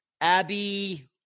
Abby